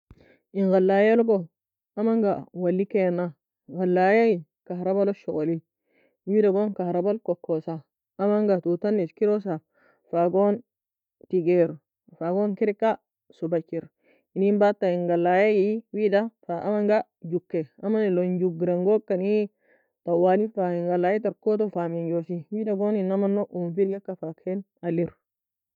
En غلاية logo amn ga walli kena. غلاية كهرباء log shogollei. Wida goon, كهرباء la kokosa amn ga tuo tan eskerosa fa teker fa gon kedika sobachir enin badta. In غلاية amn ga goker, Amn elon gugar angokani غلاية tarkoto fa mengie Takoto fa mengie. Wida goon in amn logo owien fergika fa allir